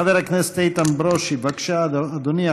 חבר הכנסת איתן ברושי, בבקשה, אדוני.